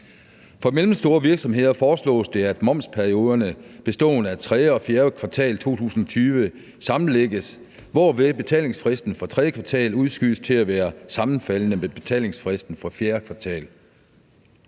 For mellemstore virksomheder foreslås det, at momsperioderne bestående af tredje og fjerde kvartal 2020 sammenlægges, hvorved betalingsfristen for tredje kvartal udskydes til at være sammenfaldende med betalingsfristen for fjerde kvartal.